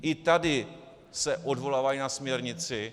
I tady se odvolávají na směrnici.